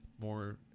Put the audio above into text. more